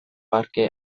parke